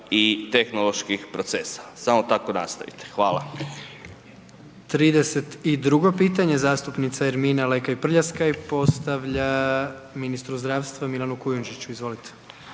i tehnoloških procesa. Samo tako nastavite. Hvala.